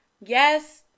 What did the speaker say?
yes